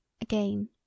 Again